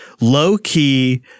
low-key